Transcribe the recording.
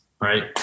right